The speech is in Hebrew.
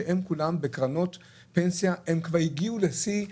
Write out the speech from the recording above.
כולם בקרנות פנסיה והם כבר הגיעו לשיא.